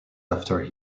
after